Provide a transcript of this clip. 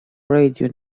radio